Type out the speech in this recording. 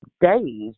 days